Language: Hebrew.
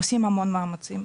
עושים המון מאמצים.